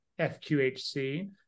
FQHC